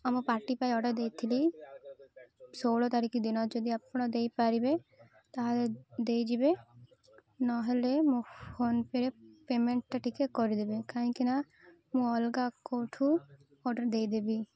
ଆମ ପାର୍ଟି ପାଇଁ ଅର୍ଡ଼ର ଦେଇଥିଲି ଷୋହଳ ତାରିଖ ଦିନ ଯଦି ଆପଣ ଦେଇପାରିବେ ତାହେଲେ ଦେଇଯିବେ ନହେଲେ ମୋ ଫୋନ୍ ପେ'ରେ ପେମେଣ୍ଟଟା ଟିକେ କରିଦେବେ କାହିଁକିନା ମୁଁ ଅଲଗା କେଉଁଠୁ ଅର୍ଡ଼ର ଦେଇଦେବି